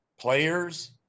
players